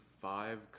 five